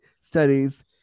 studies